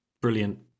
Brilliant